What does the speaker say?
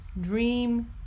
dream